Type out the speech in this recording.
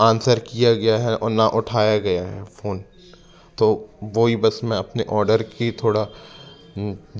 answer किया गया है और न उठाया गया है फोन तो वो ही बस मैं अपने ऑर्डर की थोड़ा